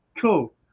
Cool